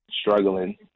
struggling